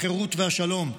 החירות והשלום.